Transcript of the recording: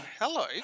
hello